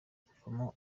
kuvamo